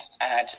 add